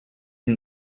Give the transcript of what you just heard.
une